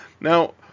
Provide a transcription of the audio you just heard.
Now